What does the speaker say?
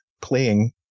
playing